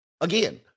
again